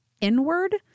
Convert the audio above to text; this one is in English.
inward